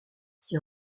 qui